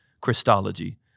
Christology